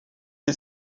les